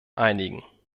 einigen